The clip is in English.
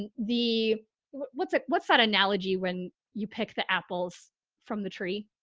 and the what's like, what's that analogy when you pick the apples from the tree?